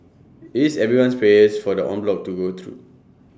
IT is everyone's prayers for the en bloc to go through